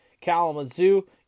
Kalamazoo